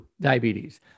diabetes